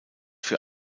für